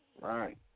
Right